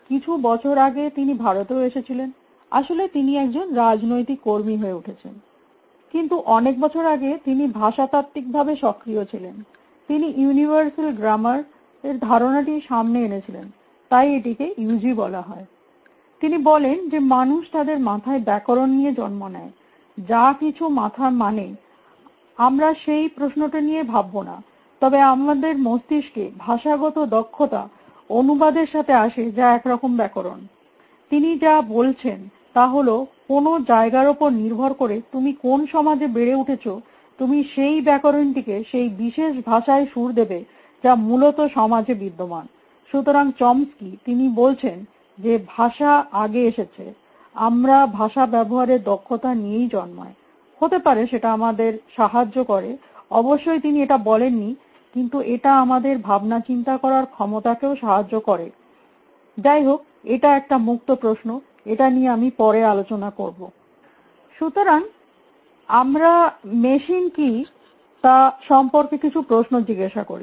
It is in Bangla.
কিছু বছর আগে তিনি ভারতেও এসেছিলেন আসলে তিনি একজন রাজনৈতিক কর্মী হয়ে উঠেছেন কিন্ত অনেক বছর আগে তিনি ভাষাতাত্ত্বিক ভাবে সক্রিয় ছিলেন তিনি ইউনিভার্সাল গ্রামার এর ধারণাটি সামনে এনেছিলেনতাই এটিকে ইউজি বলা হয়তিনি বলেন যে মানুষ তাদের মাথায় ব্যাকরণ নিয়ে জন্ম নেয় যা কিছু মাথার মানেআমরা সেই প্রশ্নটি নিয়ে ভাববো না তবে আমাদের মস্তিস্কে ভাষাগত দক্ষতা অনুষদের সাথে আসে যা একরকম ব্যাকরণ তিনি যা বলছেন তা হল কোন জায়গার উপর নির্ভর করে তুমি কোন সমাজে বেড়ে উঠেছ তুমি সেই ব্যাকরণটিকে সেই বিশেষ ভাষায় সুর দেবেন যা মূলত সমাজে বিদ্যমান সুতরাং চমক্সি তিনি বলছেন যে ভাষা আগে এসেছে আমরা ভাষা ব্যবহারের দক্ষতা নিয়েই জন্মায় হতে পারে সেটা আমাদের সাহায্য করে অবশ্যই তিনি এটা বলেননি কিন্ত এটা আমাদের ভাবনাচিন্তা করার ক্ষমতাকেও সাহায্য করেযাইহোক এটা একটা মুক্ত প্রশ্নএটা নিয়ে আমি পরে আলোচনা করবো সুতরাং আমরা মেশিন কী তা সম্পর্কে কিছু প্রশ্ন জিজ্গাসা করি